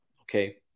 Okay